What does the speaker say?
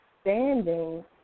standing